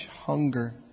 hunger